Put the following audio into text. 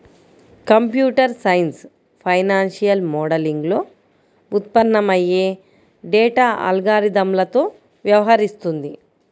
computer science financial మోడలింగ్లో ఉత్పన్నమయ్యే data అల్గారిథమ్లతో వ్యవహరిస్తుంది